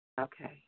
Okay